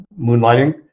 moonlighting